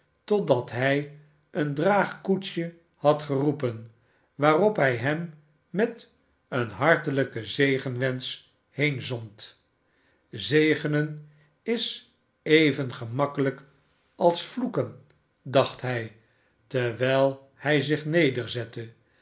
totdat hij een draagkoetsje had geroepen waarop hij hem met een hartelijken zegenwensch heenzond zegenen is even gemakkelijk als vloeken dacht hij terwijl hij zich